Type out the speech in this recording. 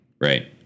Right